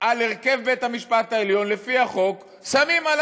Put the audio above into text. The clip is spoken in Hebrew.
על הרכב בית-המשפט העליון לפי החוק שמים על